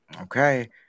Okay